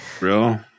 real